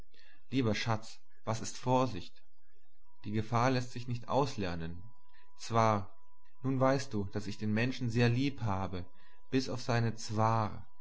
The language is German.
lieber schatz was ist vorsicht die gefahr läßt sich nicht auslernen zwar nun weißt du daß ich den menschen sehr lieb habe bis auf seine